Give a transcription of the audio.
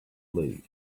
flee